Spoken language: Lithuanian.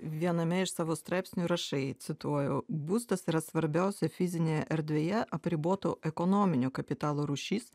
viename iš savo straipsnių rašai cituoju būstas yra svarbiausia fizinėje erdvėje apriboto ekonominio kapitalo rūšis